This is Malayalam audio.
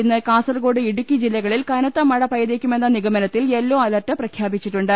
ഇന്ന് കാസർകോട് ഇടുക്കി ജില്ലകളിൽ കനത്ത മഴ പെയ്തേക്കു മെന്ന നിഗമനത്തിൽ യെല്ലോ അലർട്ട് പ്രഖ്യാപിച്ചിട്ടുണ്ട്